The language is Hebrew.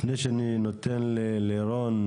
לפני שאני נותן ללירון,